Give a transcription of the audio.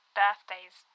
birthdays